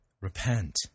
Repent